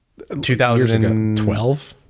2012